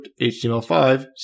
HTML5